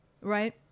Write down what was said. right